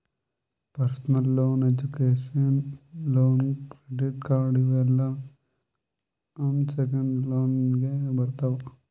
personal loan, education loan, credit card ಇವ್ ಎಲ್ಲಾ unsecured ಲೋನ್ನಾಗ್ ಬರ್ತಾವ್